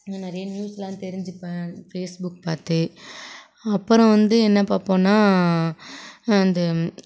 இன்னும் நிறைய நியூஸ்லாம் தெரிஞ்சுப்பேன் ஃபேஸ்புக் பார்த்து அப்புறம் வந்து என்ன பார்ப்போம்ன்னா அது